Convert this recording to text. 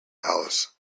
alice